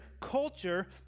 culture